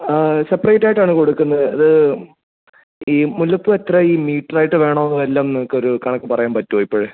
ആ സെപ്പറേറ്റ് ആയിട്ടാണ് കൊടുക്കുന്നത് അത് ഈ മുല്ലപ്പൂ എത്ര ഈ മീറ്ററായിട്ട് വേണോ വല്ലം നിങ്ങൾക്കൊരു കണക്ക് പറയാൻ പറ്റുമോ ഇപ്പോഴേ